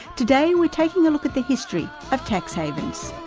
today we're taking a look at the history of tax havens.